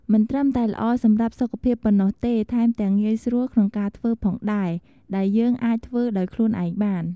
មិនត្រឹមតែល្អសម្រាប់សុខភាពប៉ុណ្ណោះទេ ថែមទាំងងាយស្រួលក្នុងការធ្វើផងដែរ ដែលយើងអាចធ្វើដោយខ្លួនឯងបាន។